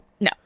no